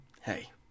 Hey